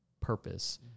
purpose